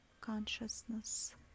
Consciousness